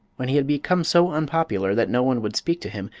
when he had become so unpopular that no one would speak to him,